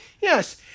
Yes